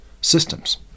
systems